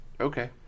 Okay